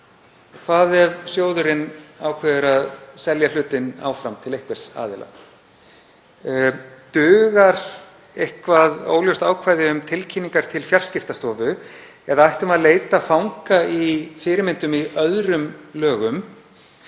Hvað ef sjóðurinn ákveður að selja hlutinn áfram til annars aðila? Dugar eitthvert óljóst ákvæði um tilkynningar til Fjarskiptastofu eða ættum við að leita fanga í fyrirmyndum í öðrum lögum?